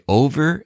over。